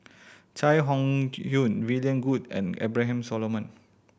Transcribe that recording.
Chai Hon Yoong William Goode and Abraham Solomon